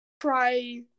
try